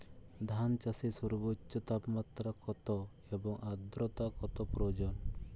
ধান চাষে সর্বোচ্চ তাপমাত্রা কত এবং আর্দ্রতা কত প্রয়োজন?